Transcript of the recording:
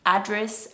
Address